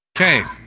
Okay